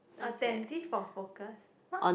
attentive for focus what